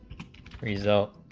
result